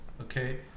Okay